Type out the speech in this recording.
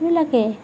এইবিলাকেই